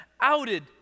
outed